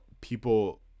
people